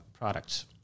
products